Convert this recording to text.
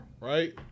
right